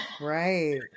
Right